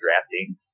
drafting